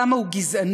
כמה הוא גזעני.